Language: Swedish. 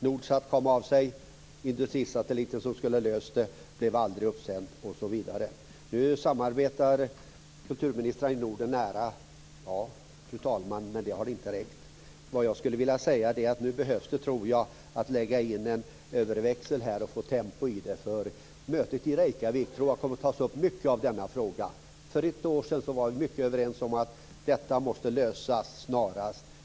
Nordsat kom av sig, industrisatelliten som skulle löst det hela blev aldrig uppsänd osv. Nu samarbetar kulturministrarna i Norden nära. Ja, fru talman, men det har inte räckt. Nu tror jag att det behövs att man lägger in en överväxel för att få tempo i det hela. Jag tror att denna fråga kommer att tas upp på mötet i Reykjavik. För ett år sedan var vi helt överens om att detta måste lösas snarast.